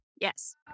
Yes